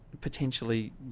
potentially